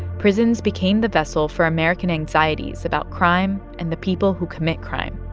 prisons became the vessel for american anxieties about crime and the people who commit crime.